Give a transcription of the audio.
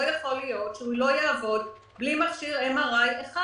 לא יכול להיות שהוא יעבוד בלי מכשיר MRI אחד,